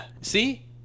See